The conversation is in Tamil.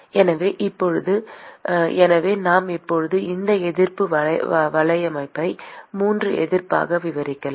எனவே இப்போது எனவே நாம் இப்போது இந்த எதிர்ப்பு வலையமைப்பை 3 எதிர்ப்பாக விரிவாக்கலாம்